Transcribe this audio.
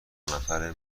نفره